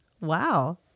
Wow